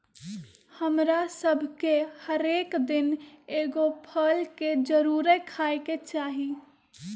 हमरा सभके हरेक दिन एगो फल के जरुरे खाय के चाही